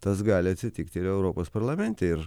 tas gali atsitikti ir europos parlamente ir